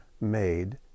made